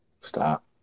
Stop